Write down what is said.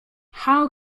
how